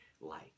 light